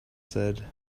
said